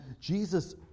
Jesus